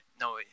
no